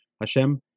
Hashem